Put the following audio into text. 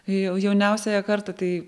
jau jauniausiąją kartą tai